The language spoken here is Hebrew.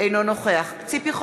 אינו נוכח ציפי חוטובלי,